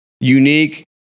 unique